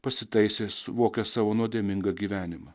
pasitaisė suvokęs savo nuodėmingą gyvenimą